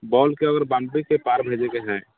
बॉलके अगर बाउंडरीके पार भेजैके है